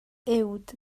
uwd